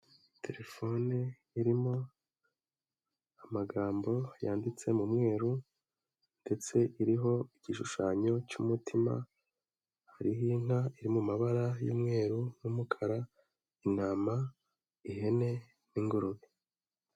Telefone irimo amagambo yanditse mu mweru ndetse iriho igishushanyo cy'umutima hariho inka iri mu mabara y'umweru n'umukara, intama, ihene n'ingurube.